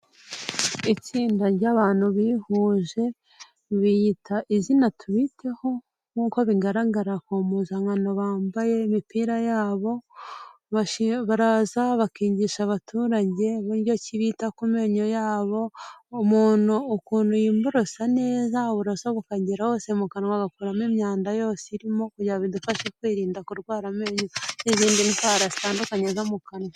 Itsinda ry'abantu bihuje biyita izina tubiteho nk'uko bigaragara ku mpuzankano bambaye imipira yabo, baraza bakigisha abaturage uburyo ki bita k'umenyo yabo ,umuntu ukuntu yiborosa neza uburoso bukagera hose mu kanwa agakuramo imyanda yose irimo kugira bidufasha kwirinda kurwara amenyo n'izindi ndwara zitandukanye zo mu kanwa.